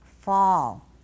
fall